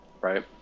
Right